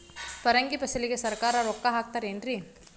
ಪರಂಗಿ ಫಸಲಿಗೆ ಸರಕಾರ ರೊಕ್ಕ ಹಾಕತಾರ ಏನ್ರಿ?